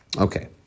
Okay